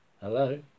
Hello